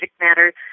matters